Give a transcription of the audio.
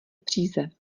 příze